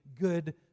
good